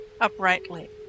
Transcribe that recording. uprightly